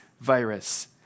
virus